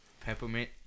Peppermint